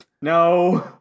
No